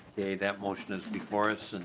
that motion is before us. and